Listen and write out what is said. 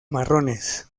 marrones